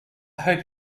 hope